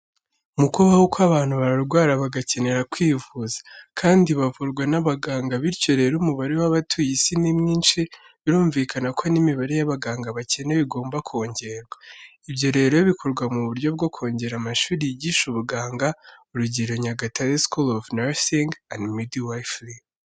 Mu kubaho kw’abantu bararwara bagakenera kwivuza, kandi bavurwa n’abaganga bityo rero umubare wabatuye isi ni mwinshi birumvikana ko n’imibare y’abaganga bakenewe igomba kongerwa. Ibyo rero bikorwa mu buryo bwo kongera amashuri yigisha ubuganga urugero, Nyagatare School of Nursing and Midwifery.